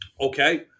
Okay